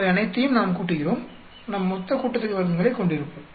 அவை அனைத்தையும் நாம் கூட்டுகிறோம் நாம் மொத்த கூட்டுத்தொகை வர்க்கங்களைக் கொண்டிருப்போம்